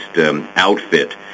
outfit